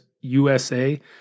USA